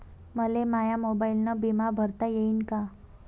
मले माया मोबाईलनं बिमा भरता येईन का?